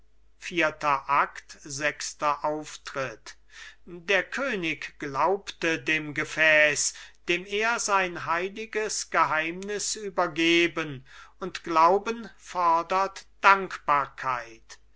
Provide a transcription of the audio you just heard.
der könig glaubte dem gefäß dem er sein heiliges geheimnis übergeben und glauben fordert dankbarkeit